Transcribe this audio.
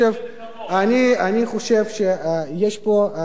אני חושב שיש פה מצב